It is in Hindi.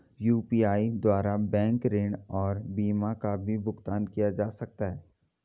यु.पी.आई द्वारा बैंक ऋण और बीमा का भी भुगतान किया जा सकता है?